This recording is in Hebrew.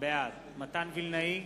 בעד מתן וילנאי,